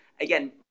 again